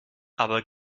aber